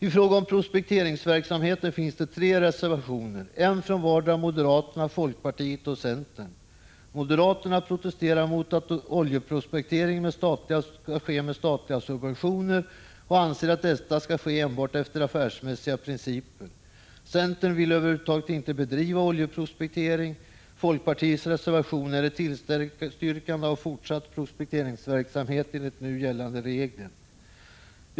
I fråga om prospekteringsverksamheten finns det tre reservationer, nämligen en från vardera moderaterna, folkpartiet och centern. Moderaterna protesterar mot oljeprospektering med statliga subventioner och anser att prospekteringen skall ske enbart efter affärsmässiga principer. Centern vill över huvud taget inte bedriva oljeprospektering. Folkpartiets reservation innebär ett tillstyrkande av fortsatt prospekteringsverksamhet enligt nu gällande regler.